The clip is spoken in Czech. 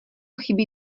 chybí